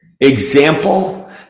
example